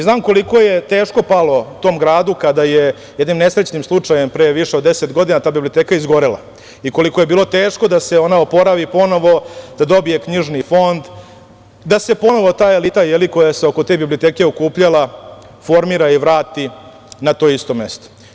Znam koliko je teško palo tom gradu kada je jednim nesrećnim slučajem, pre više od deset godina, ta biblioteka izgorela i koliko je bilo teško da se ona oporavi ponovo da dobije knjižni fond, da se ponovo ta elita, je li, koja se oko te biblioteke okupljala, formira i vrati na to isto mesto.